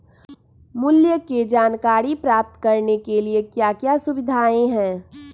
मूल्य के जानकारी प्राप्त करने के लिए क्या क्या सुविधाएं है?